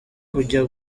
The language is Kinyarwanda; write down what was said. kujya